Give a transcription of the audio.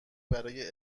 برای